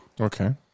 Okay